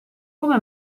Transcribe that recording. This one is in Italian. come